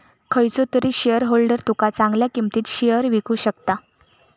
खयचो तरी शेयरहोल्डर तुका चांगल्या किंमतीत शेयर विकु शकता